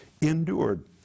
endured